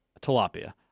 Tilapia